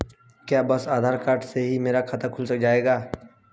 क्या बस आधार कार्ड से ही मेरा खाता खुल जाएगा?